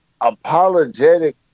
apologetic